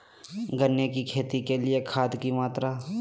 गन्ने की खेती के लिए खाद की मात्रा?